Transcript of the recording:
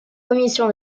commission